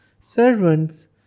servants